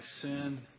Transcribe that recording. sin